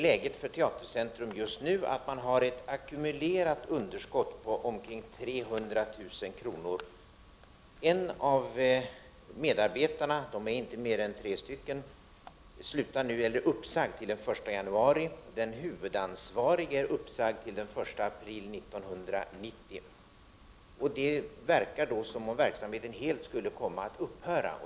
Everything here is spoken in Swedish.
Läget för Teatercentrum just nu är att man har ett ackumulerat underskott på omkring 300 000 kr. En av medarbetarna — de är inte mer än tre — är uppsagd till den 1 januari. Den huvudansvariga är uppsagd till den 1 april 1990. Det verkar som om verksamheten då helt skulle komma att upphöra.